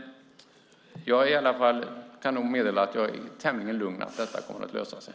Jag kan nog meddela att jag är tämligen lugn i fråga om att detta kommer att lösa sig.